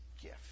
gift